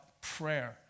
prayer